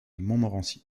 montmorency